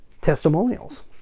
testimonials